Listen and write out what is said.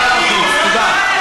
תודה.